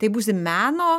tai būsi meno